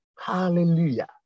Hallelujah